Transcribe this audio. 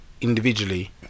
individually